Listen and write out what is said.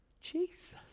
Jesus